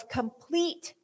complete